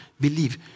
Believe